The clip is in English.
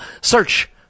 Search